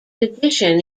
addition